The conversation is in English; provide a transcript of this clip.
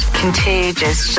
contagious